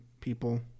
people